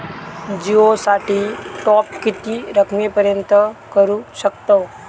जिओ साठी टॉप किती रकमेपर्यंत करू शकतव?